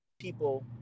People